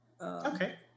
Okay